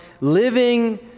living